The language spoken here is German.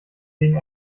wegen